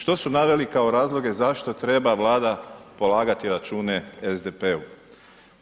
Što su naveli kao razloge zašto treba Vlada polagati račune SDP-u?